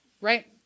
right